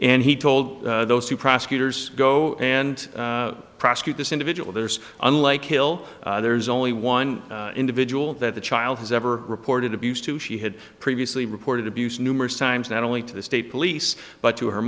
and he told those who prosecutors go and prosecute this individual there's unlike hill there's only one individual that the child has ever reported abuse to she had previously reported abuse numerous times not only to the state police but to her